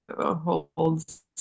holds